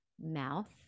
mouth